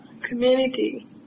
community